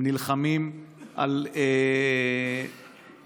הם נלחמים על הכול.